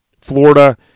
Florida